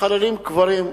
מחללים קברים,